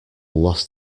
lost